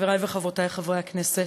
חברי וחברותי חברי הכנסת,